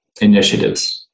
initiatives